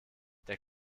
der